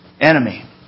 enemy